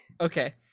Okay